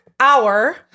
Hour